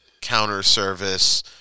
counter-service